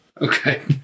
Okay